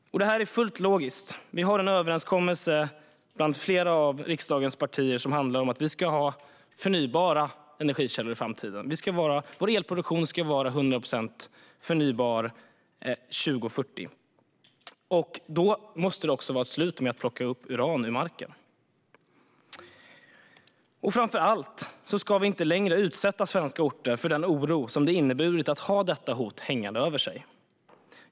Detta är fullt logiskt. Vi har en överenskommelse bland flera av riksdagens partier som handlar om att vi ska ha förnybara energikällor i framtiden. Vår elproduktion ska vara 100 procent förnybar 2040. Då måste det också vara slut med att plocka upp uran ur marken. Framför allt ska vi inte längre utsätta svenska orter för den oro som det inneburit att ha detta hot hängande över sig.